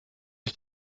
ich